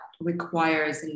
requires